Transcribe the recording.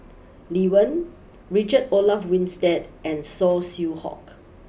Lee Wen Richard Olaf Winstedt and Saw Swee Hock